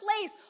place